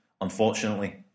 Unfortunately